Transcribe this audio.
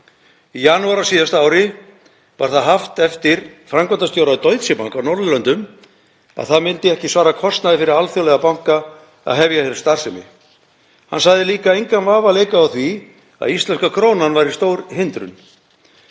Í janúar á síðasta ári var það haft eftir framkvæmdastjóra Deutsche Bank á Norðurlöndum að það myndi ekki svara kostnaði fyrir alþjóðlega banka að hefja hér starfsemi. Hann sagði líka engan vafa leika á því að íslenska krónan væri stór hindrun.